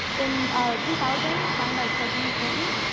in two thousand, signed by president clinton,